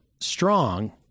strong